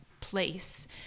place